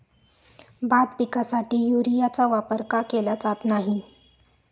भात पिकासाठी युरियाचा वापर का केला जात नाही?